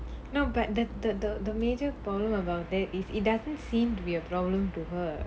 no but the the the the major problem about that is it doesn't seem to be a problem to her